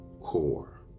core